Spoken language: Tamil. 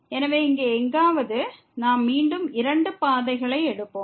எனவே இங்கே எங்காவது நாம் மீண்டும் இரண்டு பாதைகளை எடுப்போம்